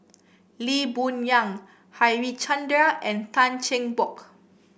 Lee Boon Yang Harichandra and Tan Cheng Bock